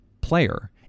player